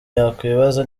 yakwibaza